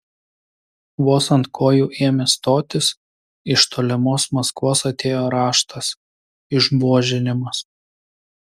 vos ant kojų ėmė stotis iš tolimos maskvos atėjo raštas išbuožinimas